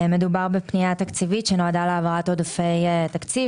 בפנייה תקציבית שנועדה להעברת עודפי תקציב